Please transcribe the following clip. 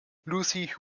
lucy